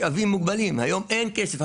היום אין כסף.